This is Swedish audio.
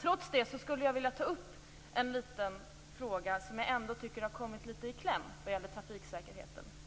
Trots det skulle jag vilja ta upp en liten fråga som jag tycker har kommit litet i kläm vad gäller trafiksäkerheten.